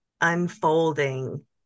unfolding